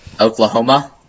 Oklahoma